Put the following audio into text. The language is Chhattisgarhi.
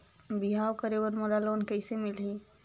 बिहाव करे बर मोला लोन कइसे मिलही?